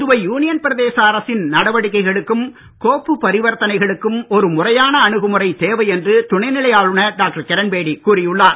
Puduvai union பிரதேச அரசின் நடவடிக்கைகளுக்கும் கோப்பு பரிவர்த்தனைகளுக்கும் ஒரு முறையான அணுகுமுறை தேவை என்று துணைநிலை ஆளுநர் டாக்டர் கிரண்பேடி கூறியுள்ளார்